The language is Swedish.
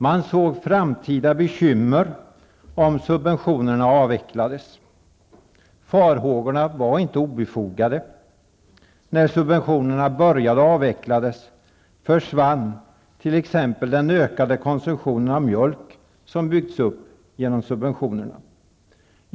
Man såg framtida bekymmer om subventionerna avvecklades. Farhågorna var inte obefogade. När subventionerna började avvecklas försvann t.ex. den ökade konsumtionen av mjölk som byggts upp genom subventionerna.